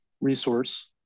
resource